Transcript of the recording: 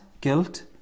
guilt